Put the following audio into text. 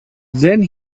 then